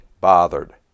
bothered